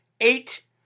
Eight